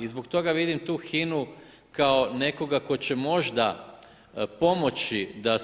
I zbog toga vidim tu HINA-u kao nekoga tko će možda pomoći da